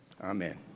amen